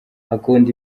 akunda